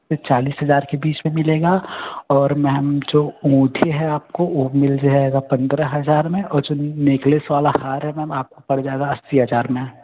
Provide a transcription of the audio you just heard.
से चालीस हजार के बीच में आपको मिलेगा और मैम जो अंगूठी है आपको वो मिल जाएगा पंद्रह हजार में और जो नेकलेस वाला हार है वो आपको पड़ जाएगा अस्सी हजार में